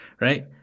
right